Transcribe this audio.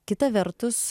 kita vertus